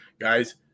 Guys